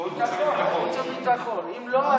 אם לא,